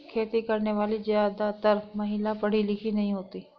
खेती करने वाली ज्यादातर महिला पढ़ी लिखी नहीं होती